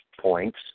points